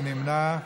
מי נמנע?